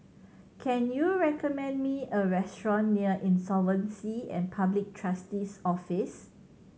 can you recommend me a restaurant near Insolvency and Public Trustee's Office